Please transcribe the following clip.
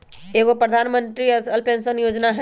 एगो प्रधानमंत्री अटल पेंसन योजना है?